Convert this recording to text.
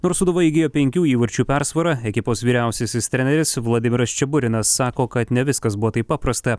nors sūduva įgijo penkių įvarčių persvarą ekipos vyriausiasis treneris vladimiras čiburinas sako kad ne viskas buvo taip paprasta